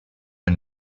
une